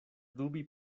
dubi